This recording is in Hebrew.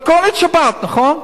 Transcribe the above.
מתכונת שבת, נכון?